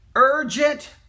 Urgent